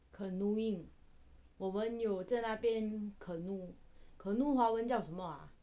canoeing 我们有在那边 canoe canoe 华文叫什么 ah